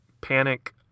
panic